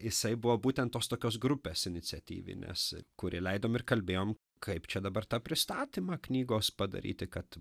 jisai buvo būtent tos tokios grupės iniciatyvinės kuri leidom ir kalbėjom kaip čia dabar tą pristatymą knygos padaryti kad